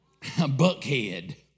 Buckhead